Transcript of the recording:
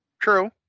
True